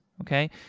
Okay